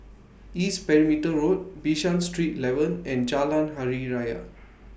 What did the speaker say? East Perimeter Road Bishan Street eleven and Jalan Hari Raya